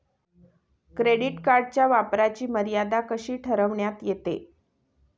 Credit कार्डच्या वापराची मर्यादा कशी ठरविण्यात येते?